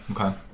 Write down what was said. Okay